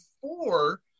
four